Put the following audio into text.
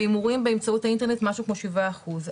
והימורים בתוך האינטרנט משהו כמו שבעה אחוז.